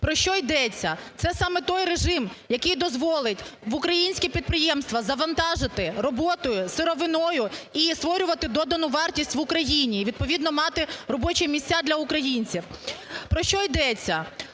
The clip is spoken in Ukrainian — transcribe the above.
Про що йдеться? Це саме той режим, який дозволить українські підприємства завантажити роботою, сировиною і створювати додану вартість в Україні, і відповідно мати робочі місця для українців. Про що йдеться?